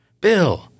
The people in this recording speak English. Bill